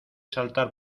saltar